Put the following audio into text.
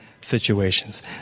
situations